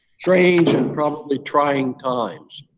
strange and probably trying times.